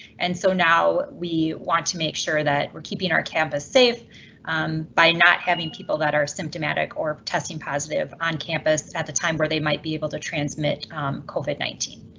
and so now we want to make sure that we're keeping our campus safe by not having people that are symptomatic or testing positive on campus at the time where they might be able to transmit covid nineteen.